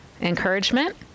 encouragement